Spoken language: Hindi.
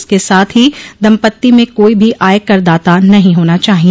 इसके साथ ही दम्पत्ति में कोई भी आयकर दाता नहीं होना चाहिए